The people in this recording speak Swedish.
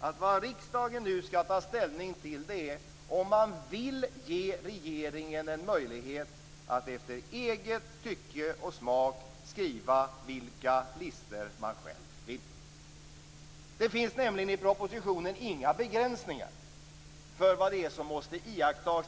att vad riksdagen nu skall ta ställning till är om man vill ge regeringen en möjlighet att efter eget tycke och egen smak skriva vilka listor den själv vill. Det finns nämligen i propositionen inga begränsningar för vad som måste iakttas.